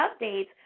updates